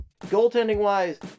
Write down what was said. Goaltending-wise